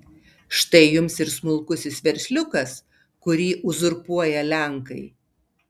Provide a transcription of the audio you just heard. štai jums ir smulkusis versliukas kurį uzurpuoja lenkai